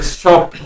shop